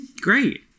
Great